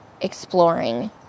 exploring